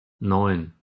neun